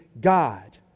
God